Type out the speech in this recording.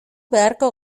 beharko